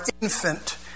infant